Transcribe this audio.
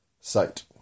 site